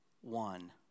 one